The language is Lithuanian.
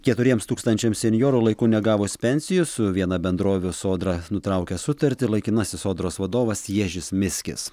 keturiems tūkstančiams senjorų laiku negavus pensijų su viena bendrovių sodra nutraukia sutartį laikinasis sodros vadovas ježis miskis